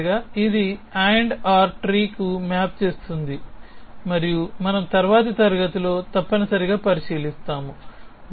తప్పనిసరిగా ఇది AND OR చెట్టుకు మ్యాప్ చేస్తుంది మరియు మనము తరువాతి తరగతిలో తప్పనిసరిగా పరిశీలిస్తాము